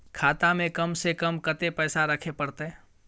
खाता में कम से कम कत्ते पैसा रखे परतै?